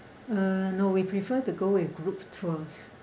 uh no we prefer to go with group tours